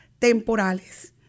temporales